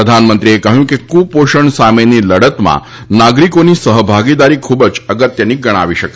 પ્રધાનમંત્રીએ કહ્યું કે કુપોષણ સામેની લડતમાં નાગરિકોની સહભાગીદારી ખૂબ જ અગત્યની ગણાવી શકાય